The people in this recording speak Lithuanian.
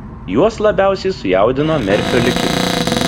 juos labiausiai sujaudino merfio likimas